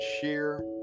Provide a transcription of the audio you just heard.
sheer